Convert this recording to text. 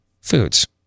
foods